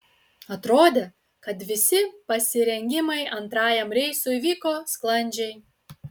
atrodė kad visi pasirengimai antrajam reisui vyko sklandžiai